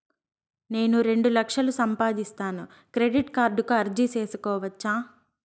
నేను రెండు లక్షలు సంపాదిస్తాను, క్రెడిట్ కార్డుకు అర్జీ సేసుకోవచ్చా?